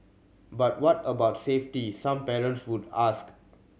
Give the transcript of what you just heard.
but what about safety some parents would ask